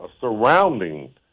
surrounding